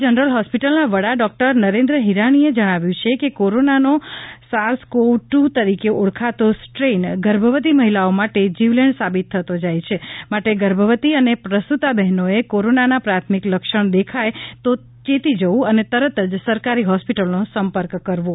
general હોસ્પિટલના વડા doctor Narendra હીરાનીએ જણાવ્યું છે કે કોરોનાનો સાર્સ કોવ ટુ તરીકે ઓળખાતો સ્ટ્રેન ગર્ભવતી મહિલાઓ માટે જીવલેણ સાબિત થતો જાય છે માટે ગર્ભવતી અને પ્રસૂતા બહેનોએ કોરોનાના પ્રાથમિક લક્ષણ દેખાય તો ચેતી જવું અને તુરંત સરકારી હોસ્પિટલનો સંપર્ક કરવો